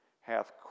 hath